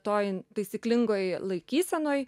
toj taisyklingoj laikysenoj